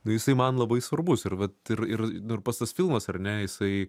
nu jisai man labai svarbus ir vat ir ir nu ir pats tas filmas ar ne jisai